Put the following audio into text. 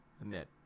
admit